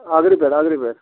برادٔری پٮ۪ٹھ